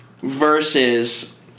versus